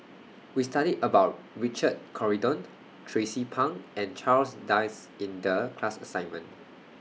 We studied about Richard Corridon Tracie Pang and Charles Dyce in The class assignment